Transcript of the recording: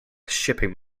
shipping